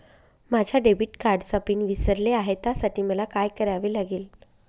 माझ्या डेबिट कार्डचा पिन विसरले आहे त्यासाठी मला काय करावे लागेल?